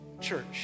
church